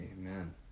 Amen